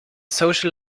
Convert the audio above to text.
social